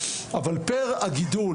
אבל פר הגידול,